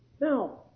Now